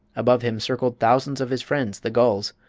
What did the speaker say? above him circled thousands of his friends the gulls,